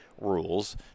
rules